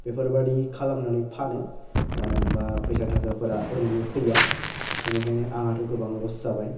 बेफोरबायदि खालामनानै फानो मानो होनबा फैसा थाखाफोरा ओरैनो फैया बेनिखायनो आंहाथ' गोबां ल'स जाबाय